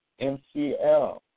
MCL